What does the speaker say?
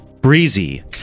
Breezy